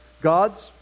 God's